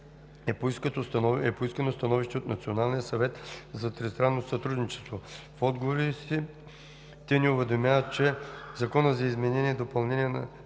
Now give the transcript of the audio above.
е поискано становище от Националния съвет за тристранно сътрудничество. В отговора си те ни уведомяват, че със Законопроекта за изменение и допълнение на